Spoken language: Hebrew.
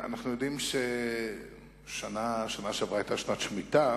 אנחנו יודעים שהשנה שעברה היתה שנת שמיטה,